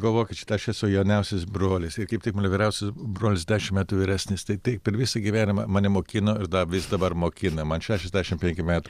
galvokit šitą aš esu jauniausias brolis ir kaip taip mano vyriausias brolis dešimt metų vyresnis tai taip per visą gyvenimą mane mokino ir dar vis dabar mokina man šešiasdešimt penki metų